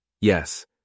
Yes